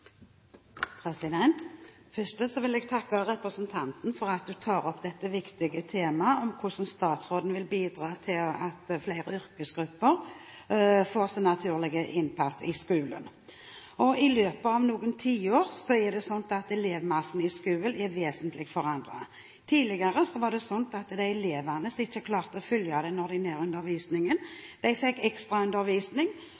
for at hun tar opp det viktige temaet om hvordan statsråden vil bidra til at flere yrkesgrupper får naturlig innpass i skolen. I løpet av noen tiår har elevmassen i skolen blitt vesentlig forandret. Tidligere var det slik at de elevene som ikke klarte å følge den